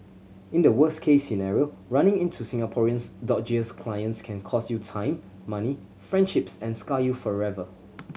in the worst case scenario running into Singapore's dodgiest clients can cost you time money friendships and scar you forever